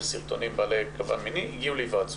וסרטונים בעלי גוון מיני הגיעו להיוועצות.